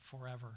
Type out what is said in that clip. forever